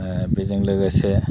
बेजों लोगोसे